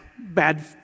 bad